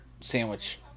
sandwich